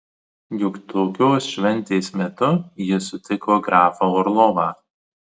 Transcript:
juk tokios šventės metu ji sutiko grafą orlovą